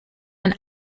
ein